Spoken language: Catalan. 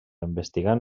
investigant